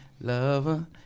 lover